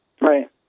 Right